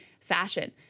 fashion